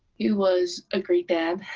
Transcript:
he was a great dad.